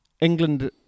England